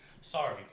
Sorry